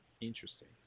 interesting